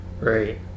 right